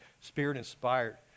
Spirit-inspired